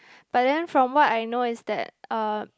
but then from what I know is that uh